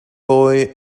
boy